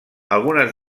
algunes